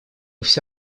все